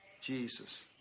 Jesus